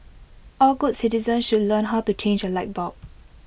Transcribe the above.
all good citizens should learn how to change A light bulb